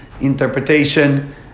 interpretation